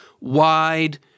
wide